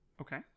okay